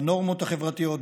בנורמות החברתיות,